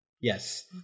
Yes